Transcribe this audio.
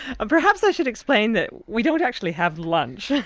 um perhaps i should explain that we don't actually have lunch,